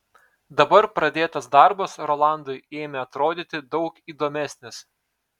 dabar pradėtas darbas rolandui ėmė atrodyti daug įdomesnis